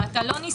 אתה לא ניסית.